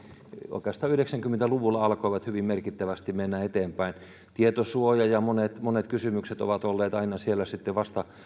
oikeastaan yhdeksänkymmentä luvulla alkoivat hyvin merkittävästi mennä eteenpäin tietosuoja ja monet monet kysymykset ovat olleet aina siellä sitten